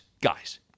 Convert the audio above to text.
guys